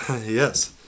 yes